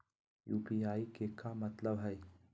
UPI के का मतलब हई?